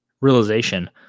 realization